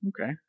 Okay